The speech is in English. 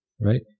Right